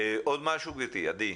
עוד משהו, עדי?